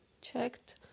checked